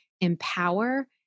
Empower